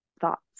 thoughts